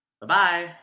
Bye-bye